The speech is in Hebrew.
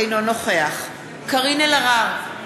אינו נוכח קארין אלהרר,